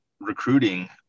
recruiting